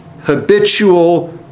habitual